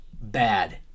Bad